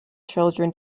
children